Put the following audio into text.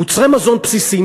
מוצרי מזון בסיסי,